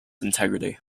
integrity